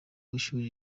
w’ishuri